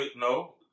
no